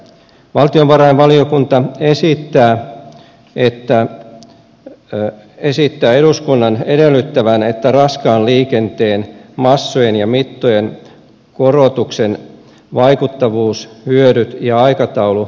valtiovarainvaliokunta esittää eduskunnan edellyttävän että raskaan liikenteen massojen ja mittojen korotuksen vaikuttavuus hyödyt ja aikataulu arvioidaan